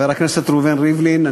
חבר הכנסת ראובן ריבלין,